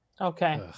Okay